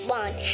one